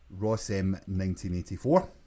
RossM1984